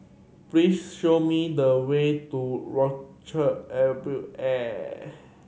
please show me the way to Orchard Air Bel Air